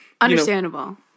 understandable